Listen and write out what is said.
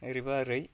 ओरैबा ओरै